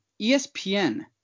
ESPN